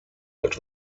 alt